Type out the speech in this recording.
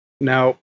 Now